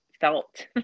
felt